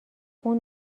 اون